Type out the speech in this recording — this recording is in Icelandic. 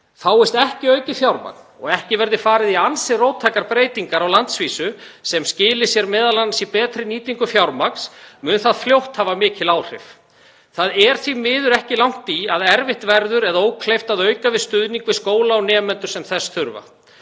Fáist ekki aukið fjármagn og verði ekki farið í ansi róttækar breytingar á landsvísu sem skila sér m.a. í betri nýtingu fjármagns mun það fljótt hafa mikil áhrif. Það er því miður ekki langt í að erfitt verður eða ókleift að auka við stuðning við skóla og nemendur sem þess þurfa.